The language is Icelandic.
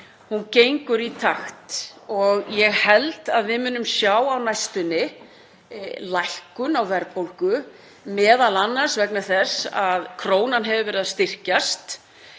gengur í takt og ég held að við munum sjá á næstunni lækkun á verðbólgu, m.a. vegna þess að krónan hefur verið að styrkjast.